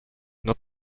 not